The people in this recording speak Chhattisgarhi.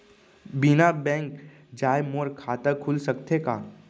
बिना बैंक जाए मोर खाता खुल सकथे का?